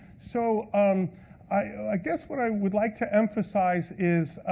so um i guess what i would like to emphasize is,